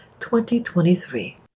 2023